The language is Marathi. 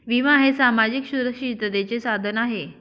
विमा हे सामाजिक सुरक्षिततेचे साधन आहे